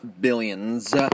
billions